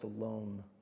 alone